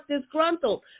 disgruntled